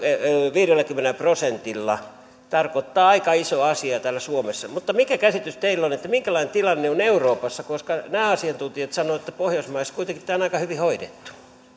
viidelläkymmenellä prosentilla tarkoittaa aika isoa asiaa täällä suomessa mutta mikä käsitys teillä on siitä minkälainen tilanne on euroopassa nämä asiantuntijat sanoivat että pohjoismaissa tämä on kuitenkin aika hyvin hoidettu